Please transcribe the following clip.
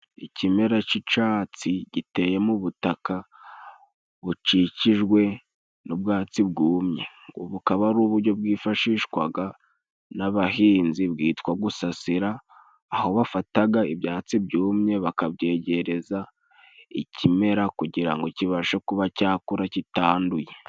Ikimera c'icatsi giteyemo ubutaka bukikijwe n'ubwatsi bwumye. Ubu bukaba ari uburyo bwifashishwaga n'abahinzi bwitwa gusasira, aho bafataga ibyatsi byumye bakabyegereza ikimera kugira ngo kibashe kuba cyakura kitanduye.